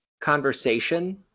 conversation